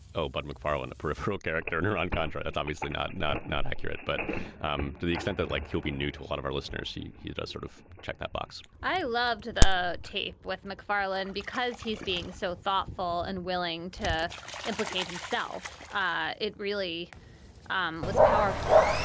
oh, but mcfarlane, the peripheral character in iran-contra, that's obviously not not not accurate. but um to the extent that like he'll be new to a lot of our listeners, he he does sort of check that box i loved the tape with mcfarlin because he's being so thoughtful and willing to implicate himself. ah it really um was powerful.